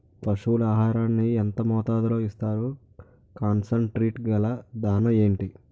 పశువుల ఆహారాన్ని యెంత మోతాదులో ఇస్తారు? కాన్సన్ ట్రీట్ గల దాణ ఏంటి?